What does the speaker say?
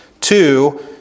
two